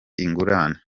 ingurane